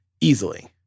easily